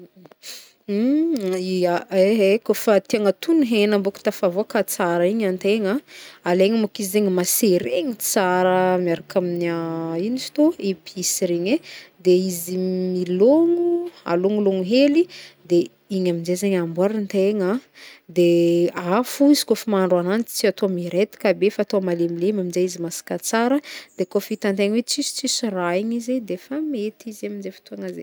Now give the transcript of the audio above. Ya, ehe kaofa tia hagnao togno hena mbô ko tafavoaka tsara igny antegna, alaigna môko izy zegny maseregny tsara miaraka amina ino izy tô? Epice regny, izy milôgno alôgnolôgno hely, de igny amzay zegny amboarintegna de de a- afo i izy kaofa mahandro agnanjy tsy atao miredaka be fa atao malemilemy amzay izy masaka tsara de kaofa hitantegna hoe tsisitsisy rà igny izy de fa mety izy amzay fotoagna zay.